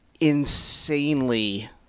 insanely